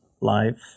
life